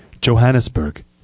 Johannesburg